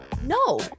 no